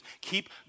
Keep